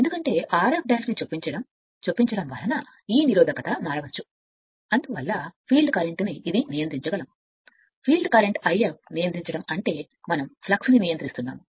ఎందుకంటే Rf ను చొప్పించడం చొప్పించడం వలన ఈ నిరోధకత మారవచ్చు అందువల్ల ఫీల్డ్ కరెంట్ను ఇది నియంత్రించగలదు ఫీల్డ్ కరెంట్ నియంత్రించడం అంటే మనం ఫ్లక్స్ను నియంత్రిస్తున్నాము